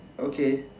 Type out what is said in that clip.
okay